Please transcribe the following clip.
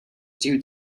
due